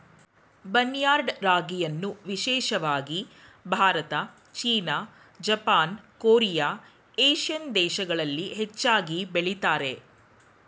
barnyard ರಾಗಿಯನ್ನು ವಿಶೇಷವಾಗಿ Bharat, China, Japan, Korea, Asian ದೇಶಗಳಲ್ಲಿ ಹೆಚ್ಚಾಗಿ ಬೆಳಿತಾರೆ